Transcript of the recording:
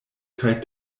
kaj